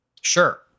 Sure